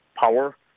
power